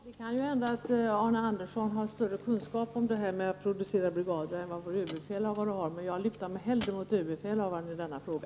Herr talman! Det kan ju hända att Arne Andersson har större kunskap i fråga om att producera brigader än vad vår överbefälhavare har, men jag lutar mig hellre mot överbefälhavaren i denna fråga.